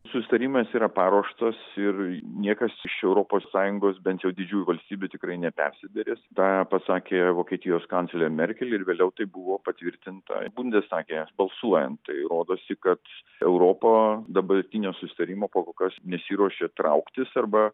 susitarimas yra paruoštas ir niekas iš europos sąjungos bent jau didžiųjų valstybių tikrai nepersiderės tą pasakė vokietijos kanclerė merkel ir vėliau tai buvo patvirtinta bundestage balsuojant tai rodosi kad europa dabartinio susitarimo po kol kas nesiruošia trauktis arba